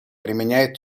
применяет